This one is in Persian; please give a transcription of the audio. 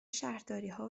شهرداریها